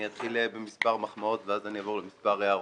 אני אתחיל במספר מחמאות ואז אני אעבור למספר הערות.